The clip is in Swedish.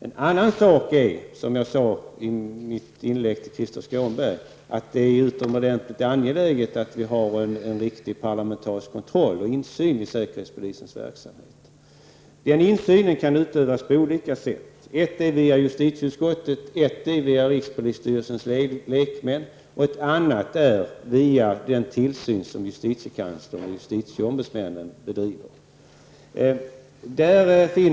En annan sak är, som jag sade till Krister Skånberg, att det är utomordentligt angeläget att vi har en riktig parlamentarisk kontroll och insyn i säkerhetspolisens verksamhet. Den insynen kan utövas på olika sätt. Ett är via justitieutskottet, ett annat är via rikspolisstyrelsens lekmän och ytterligare ett sätt är via den tillsyn som justitiekanslern och justitieombudsmännen bedriver.